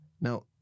Now